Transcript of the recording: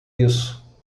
isso